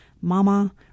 mama